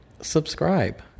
Subscribe